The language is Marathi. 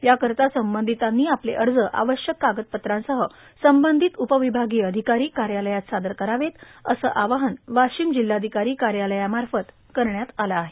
याकरिता संबंधितांनी आपले अर्ज आवश्यक कागदपत्रांसह संबंधित उपविभागीय अधिकारी कार्यालयात सादर करावेतए असं आवाहन वाशीम जिल्हाधिकारी कार्यालयामार्फत करण्यात आलं आहे